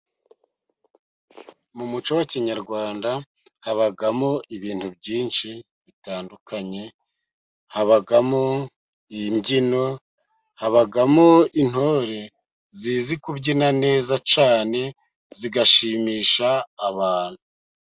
Mu muco wa kinyarwanda habamo ibintu byinshi bitandukanye, habamo imbyino. Habamo intore zizi kubyina neza cyane, zigashimisha abantu.